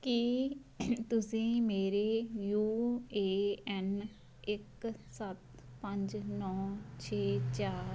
ਕੀ ਤੁਸੀਂ ਮੇਰੇ U A N ਇੱਕ ਸੱਤ ਪੰਜ ਨੌਂ ਛੇ ਚਾਰ